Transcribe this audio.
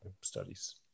studies